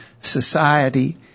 society